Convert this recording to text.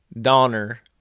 Donner